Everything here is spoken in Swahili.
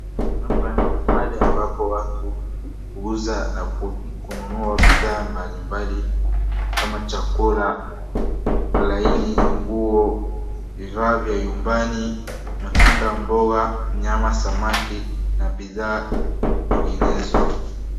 Hapa ni mahali ambapo watu uuza na kununua bidhaa mbali mbali kama chakula, laini, nguo, vifaa vya nyumbani, matunda, mboga, nyama, samaki na bidhaa nyinginezo.